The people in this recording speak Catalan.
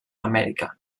amèrica